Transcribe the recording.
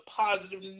positive